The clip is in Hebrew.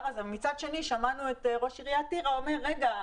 מצד שני שמענו את ראש עיריית טירה אומר שאולי